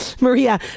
Maria